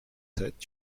sept